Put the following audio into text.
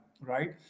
right